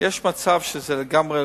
יש מצב שזה לגמרי